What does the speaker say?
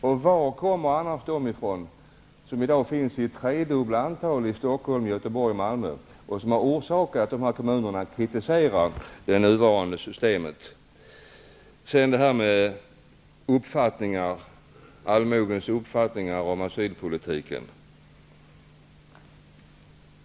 Var kommer annars de ifrån, som i dag finns i tredubbla antalet i Stockholm, Göteborg och Malmö och som har orsakat att dessa kommuner kritiserar det nuvarande systemet? Sedan några ord om allmogens uppfattning om asylpolitiken.